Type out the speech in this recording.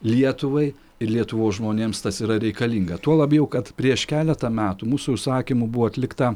lietuvai ir lietuvos žmonėms tas yra reikalinga tuo labiau kad prieš keletą metų mūsų užsakymu buvo atlikta